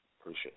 Appreciate